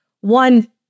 One